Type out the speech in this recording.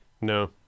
No